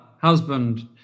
husband